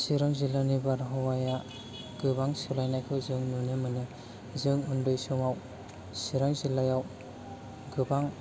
सिरां जिल्लानि बार हावाया गोबां सोलायनायखौ जों नुनो मोनो जों उन्दै समाव सिरां जिल्लायाव गोबां